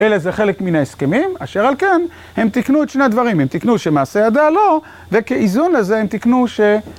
אלא זה חלק מן ההסכמים, אשר על כן, הם תקנו את שני הדברים, הם תקנו שמעשה ידיה לו, וכאיזון לזה הם תקנו ש...